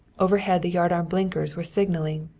overhead the yardarm blinkers were signaling,